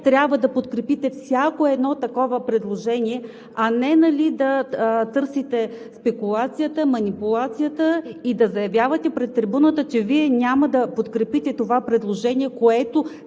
трябва да подкрепите всяко едно такова предложение, а не да търсите спекулацията, манипулацията и да заявявате пред трибуната, че Вие няма да подкрепите това предложение, което